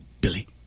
Billy